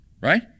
Right